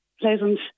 pleasant